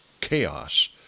chaos